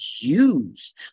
use